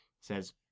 says